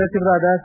ಸಚಿವರಾದ ಸಿ